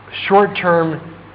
short-term